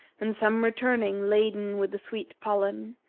and some returning laden with the sweet pollen,